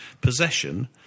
possession